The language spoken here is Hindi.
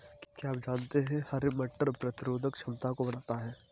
क्या आप जानते है हरे मटर प्रतिरोधक क्षमता को बढ़ाता है?